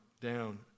down